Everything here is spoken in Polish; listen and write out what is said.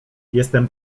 jestem